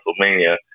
WrestleMania